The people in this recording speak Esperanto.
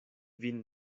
vin